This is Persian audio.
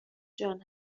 جان